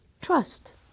trust